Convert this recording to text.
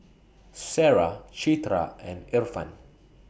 Sarah Citra and Irfan